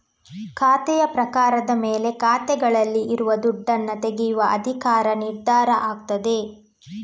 ಖಾತೆಯ ಪ್ರಕಾರದ ಮೇಲೆ ಖಾತೆಯಲ್ಲಿ ಇರುವ ದುಡ್ಡನ್ನ ತೆಗೆಯುವ ಅಧಿಕಾರ ನಿರ್ಧಾರ ಆಗ್ತದೆ